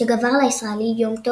שגבר על הישראלי יום טוב